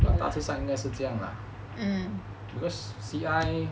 but 大事上应该是这样 lah